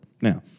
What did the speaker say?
Now